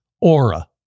Aura